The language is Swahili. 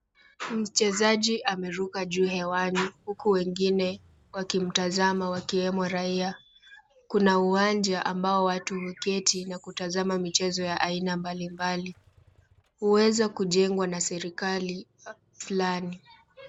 Mchezaji ameruka juu hewani, huku wengine wakimtazama wakiwemo raia. Kuna uwanja ambao watu weketi na kutazama michezo ya aina mbalimbali. Huweza kujengwa na serikali fulani.